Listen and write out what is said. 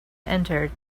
entered